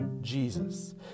Jesus